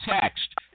text